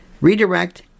redirect